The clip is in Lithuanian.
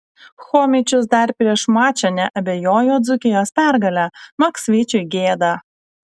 chomičius dar prieš mačą neabejojo dzūkijos pergale maksvyčiui gėda